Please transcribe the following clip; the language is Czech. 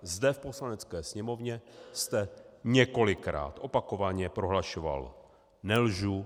Zde v Poslanecké sněmovně jste několikrát opakovaně prohlašoval: Nelžu.